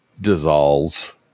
dissolves